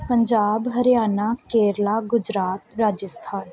Punjab Haryana Kerala Gujarat Rajasthan